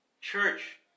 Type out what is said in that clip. church